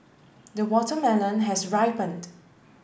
the watermelon has ripened